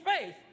faith